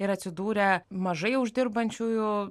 ir atsidūrė mažai uždirbančiųjų